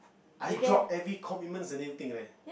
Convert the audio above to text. I drop every commitment and everything leh